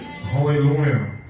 Hallelujah